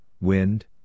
wind